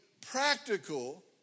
practical